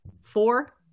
Four